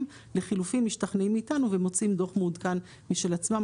לחילופין משתכנעים מאיתנו ומוציאים דו"ח מעודכן משל עצמם.